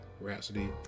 Rhapsody